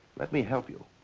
let me help you.